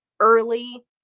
early